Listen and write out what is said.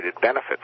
benefits